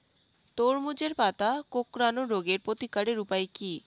তরমুজের পাতা কোঁকড়ানো রোগের প্রতিকারের উপায় কী?